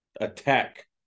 attack